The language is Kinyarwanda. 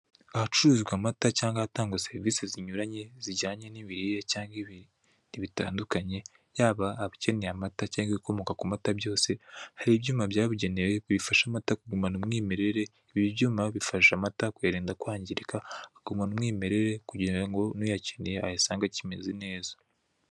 Ahacururizwa amata cyangwa ahatangwa serivise zinyuranye zijyanye n'imirire cyangwa ibintu bitandukanye, yaba abukeneye amata cyangwa ibikomoka ku mata byose hari ibyuma byabugenewe bifasha amata kugumana umwimerere, ibi byuma bifasha amata kuyarinda kwangirika akagumana umwimerere kugira ngo n'uyakeneye ayasange akimeze neza.